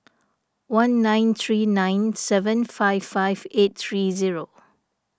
one nine three nine seven five five eight three zero